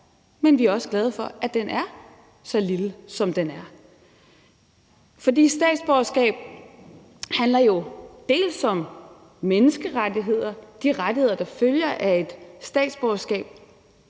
men vi er også glade for, at den er så lille, som den er. For statsborgerskab handler jo dels om menneskerettigheder, de rettigheder, der følger af et statsborgerskab,